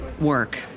work